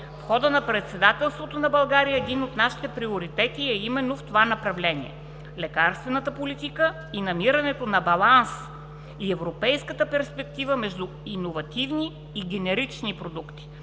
В хода на Председателството на България един от нашите приоритети е именно в направление лекарствената политика, намирането на баланс и европейска перспектива между иновативни и генерични продукти,